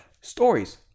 Stories